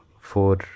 four